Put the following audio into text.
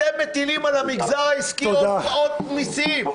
אתם מטילים על המגזר העסקי עוד ועוד מיסים,